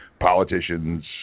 politicians